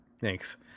Thanks